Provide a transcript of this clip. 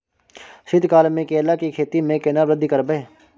शीत काल मे केला के खेती में केना वृद्धि करबै?